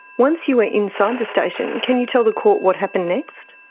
once you were inside the station, can you tell the court what happened next?